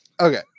Okay